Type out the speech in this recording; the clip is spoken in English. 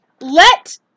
Let